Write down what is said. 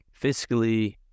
fiscally